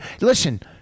Listen